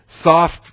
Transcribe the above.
soft